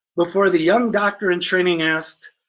before the young doctor in training asked,